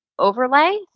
overlay